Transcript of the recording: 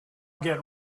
get